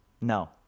No